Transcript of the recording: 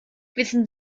wissen